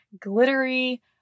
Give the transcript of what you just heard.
glittery